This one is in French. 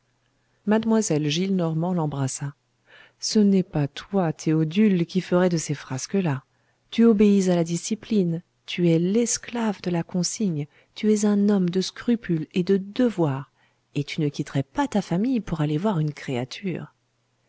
mlle gillenormand l'embrassa ce n'est pas toi théodule qui ferais de ces frasques là tu obéis à la discipline tu es l'esclave de la consigne tu es un homme de scrupule et de devoir et tu ne quitterais pas ta famille pour aller voir une créature